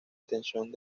detención